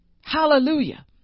Hallelujah